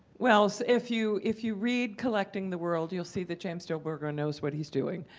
well, if you if you read collecting the world, you'll see that james delbourgo knows what he's doing.